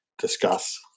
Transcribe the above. Discuss